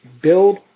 build